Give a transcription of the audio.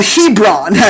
Hebron